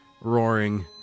roaring